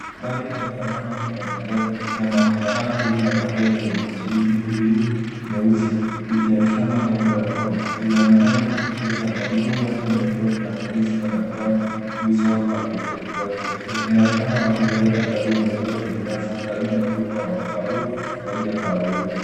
Gari ya zamani yanaendelea kuvutia macho na gari hili la manjano lenye michirizi miwili myeusi ikionyeshana nembo ya Ford . Linaonekana likivutia sana. Migurudumu yake meupe na nyeusi yanatoa uso wa pike- wa kipekee. Inaonekana mbele ya gari limeegeshwa kwenye nyasi karibu na ukuta wa matofali ya rangi ya kahawia.